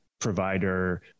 provider